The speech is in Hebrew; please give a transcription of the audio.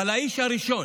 האיש הראשון,